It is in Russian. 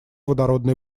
водородной